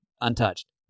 untouched